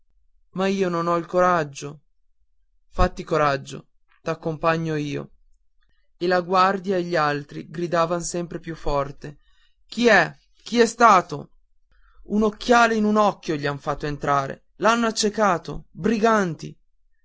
ma io non ho coraggio fatti coraggio t'accompagno io e la guardia e gli altri gridavan sempre più forte chi è chi è stato un occhiale in un occhio gli han fatto entrare l'hanno accecato briganti